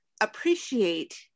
appreciate